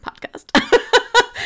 podcast